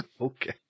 Okay